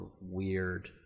weird